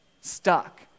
stuck